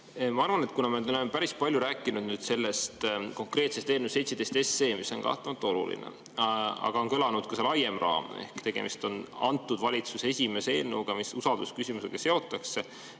Ma arvan, et kuna me oleme päris palju rääkinud sellest konkreetsest eelnõust 17, mis on kahtlemata oluline, aga on kõlanud ka see laiem raam ehk tegemist on selle valitsuse esimese eelnõuga, mis usaldusküsimusega seotakse,